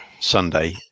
Sunday